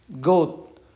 goat